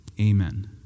Amen